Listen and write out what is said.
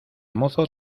mozo